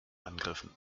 angriffen